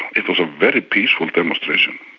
it was a very peaceful demonstration,